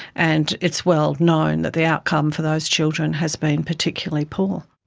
and it's well known that the outcomes for those children has been particularly poor.